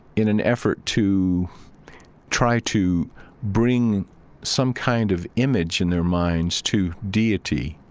in an effort to try to bring some kind of image in their minds to deity,